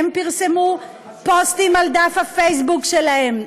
פרסמו פוסטים בדף הפייסבוק שלהם,